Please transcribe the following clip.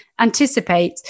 anticipate